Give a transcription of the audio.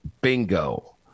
Bingo